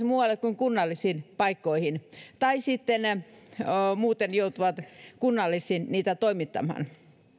muualle kuin kunnallisiin paikkoihin tai sitten muuten joutuvat kunnallisiin niitä toimittamaan